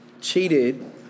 cheated